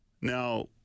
Now